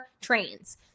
trains